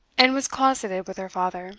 and was closeted with her father